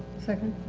second.